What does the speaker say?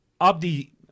Abdi